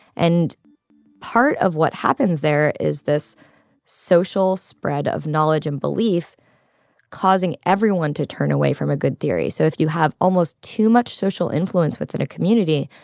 and part of what happens there is this social spread of knowledge and belief causing everyone to turn away from a good theory. so if you have almost too much social influence within a community,